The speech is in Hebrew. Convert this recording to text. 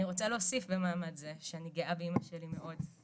אני רוצה להוסיף במעמד זה שאני גאה באמא שלי מאוד,